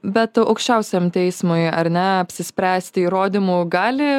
bet aukščiausiam teismui ar ne apsispręsti įrodymų gali